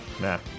nah